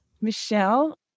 Michelle